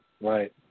Right